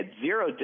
zero